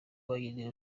wine